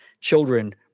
children